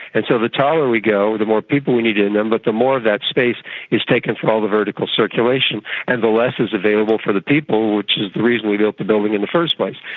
and so the taller we go, the more people we need in them, but the more that space is taken for all the vertical circulation and the less is available for the people, which is the reason we built the building in the first place.